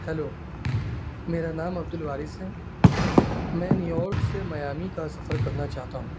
hello میرا نام عبد الوارث ہے میں نیویارک سے میامی کا سفر کرنا چاہتا ہوں